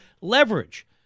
leverage